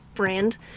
brand